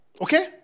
Okay